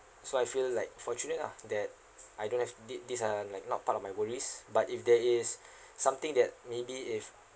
so I feel like fortunate lah that I don't have thi~ this are like not part of my worries but if there is something that maybe if